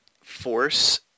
force